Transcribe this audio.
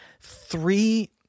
three